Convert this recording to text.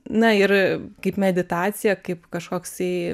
na ir kaip meditacija kaip kažkoksai